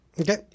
Okay